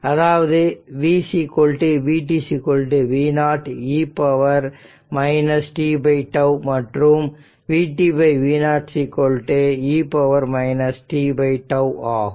அதாவது v vt v0 e tτ மற்றும் vtv0 e tτ ஆகும்